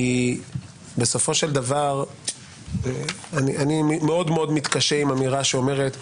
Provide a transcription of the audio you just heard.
כי בסופו של דבר אני מאוד מאוד מתקשה עם אמירה שאומרת "המכלול",